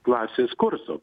klasės kurso